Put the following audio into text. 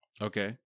Okay